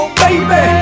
baby